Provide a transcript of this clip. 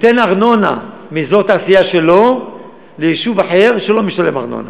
תיתן ארנונה מאזור תעשייה שלו ליישוב אחר שלא משלם ארנונה.